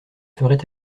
ferait